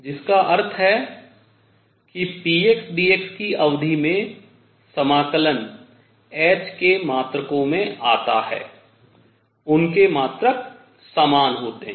जिसका अर्थ है कि px dx की अवधि में समाकलन h के मात्रकों में आता है उनके मात्रक समान होतें हैं